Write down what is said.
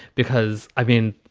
because, i mean,